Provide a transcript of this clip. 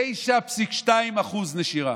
9.2% נשירה,